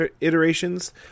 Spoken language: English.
iterations